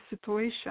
situation